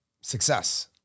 success